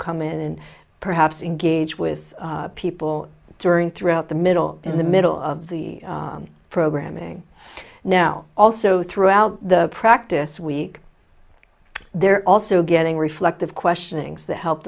come in and perhaps engage with people during throughout the middle in the middle of the programming now also throughout the practice week they're also getting reflective questionings that help